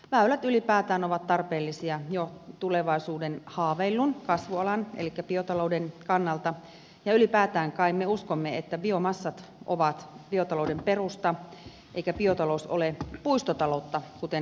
väylät ylipäätään ovat tarpeellisia jo tulevaisuuden haaveillun kasvualan elikkä biotalouden kannalta ja ylipäätään me kai uskomme että biomassat ovat biotalouden perusta eikä biotalous ole puistotaloutta kuten välillä tuntuu